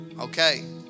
Okay